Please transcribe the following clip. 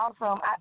awesome